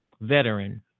veteran